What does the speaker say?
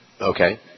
Okay